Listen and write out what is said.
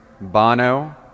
Bono